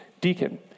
deacon